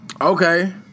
okay